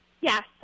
Yes